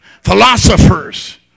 Philosophers